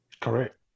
Correct